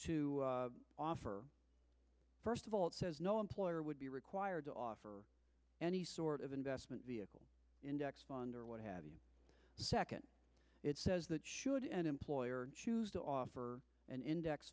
to offer first of all it says no employer would be required to offer any sort of investment vehicle index fund or what have you the second it says that should an employer offer an index